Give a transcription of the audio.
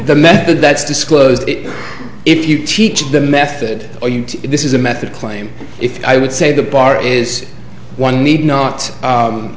the method that's disclosed if you teach the method are you this is a method claim if i would say the bar is one need not